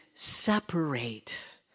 Separate